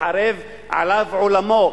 שחרב עליו עולמו,